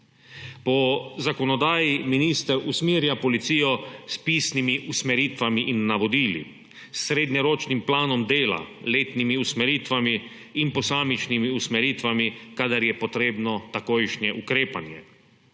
Po zakonodaji minister usmerja policijo s pisnimi usmeritvami in navodili, s srednjeročnim planom dela, letnimi usmeritvami in posamičnimi usmeritvami, kadar je potrebno takojšne ukrepanje.